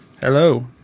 hello